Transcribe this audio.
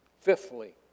Fifthly